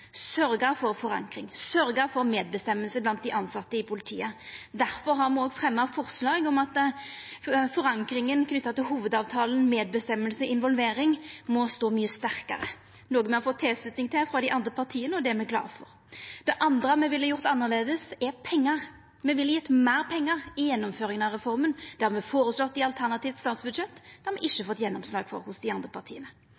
for forankring, sørgd for medbestemming blant dei tilsette i politiet. Difor har me òg fremja forslag om at forankringa knytt til Hovudavtalen, medbestemming og involvering, må stå mykje sterkare, noko me har fått tilslutning til frå dei andre partia, og det er me glade for. Det andre me ville gjort annleis, gjeld pengar. Me ville ha gjeve meir pengar i gjennomføringa av reforma. Det har me føreslått i alternativt statsbudsjett,